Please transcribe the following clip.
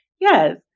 Yes